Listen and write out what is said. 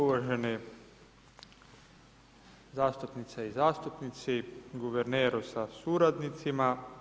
Uvažene zastupnice i zastupnici, guverneru sa suradnicima.